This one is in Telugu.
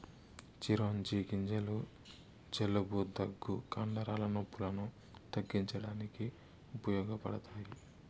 చిరోంజి గింజలు జలుబు, దగ్గు, కండరాల నొప్పులను తగ్గించడానికి ఉపయోగపడతాయి